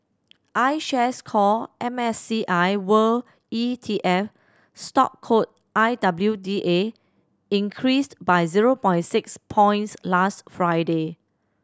iShares Core M S C I World E T F stock code I W D A increased by zero by six points last Friday